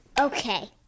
Okay